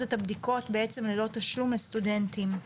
את הבדיקות בעצם ללא תשלום לסטודנטים.